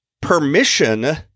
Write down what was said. permission